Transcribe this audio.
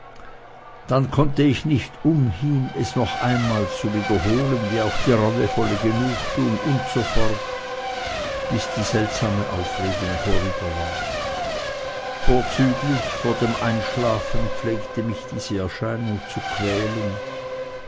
dann konnte ich nicht umhin es noch einmal zu wiederholen wie auch die reuevolle genugtuung und so fort bis die seltsame aufregung vorüber war vorzüglich vor dem einschlafen pflegte mich diese erscheinung zu quälen